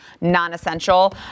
non-essential